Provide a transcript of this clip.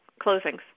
closings